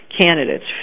candidates